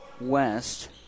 West